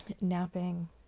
napping